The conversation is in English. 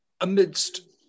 amidst